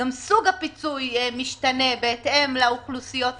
גם סוג הפיצוי משתנה בהתאם לאוכלוסיות המפוצות.